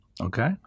Okay